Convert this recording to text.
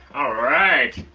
alright!